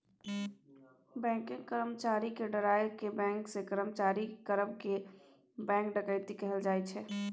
बैंकक कर्मचारी केँ डराए केँ बैंक सँ चोरी करब केँ बैंक डकैती कहल जाइ छै